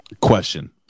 Question